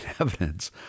evidence